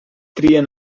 crien